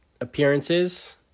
appearances